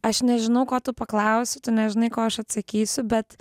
aš nežinau ko tu paklausi tu nežinai ko aš atsakysiu bet